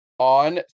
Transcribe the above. On